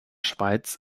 schweiz